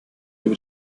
über